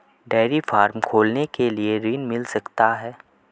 Dairy farm खोलने के लिए ऋण मिल सकता है?